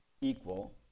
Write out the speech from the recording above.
equal